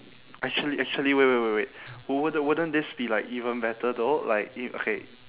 actually actually wait wait wait wait wou~ wouldn~ wouldn't this be like even better though like i~ okay